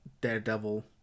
daredevil